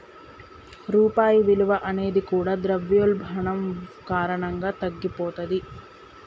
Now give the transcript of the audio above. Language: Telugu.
రూపాయి విలువ అనేది కూడా ద్రవ్యోల్బణం కారణంగా తగ్గిపోతది